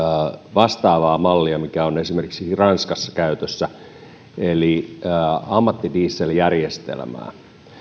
vastaavaa mallia mikä on esimerkiksi ranskassa käytössä eli ammattidieseljärjestelmää